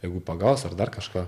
jeigu pagaus ar dar kažką